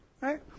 Right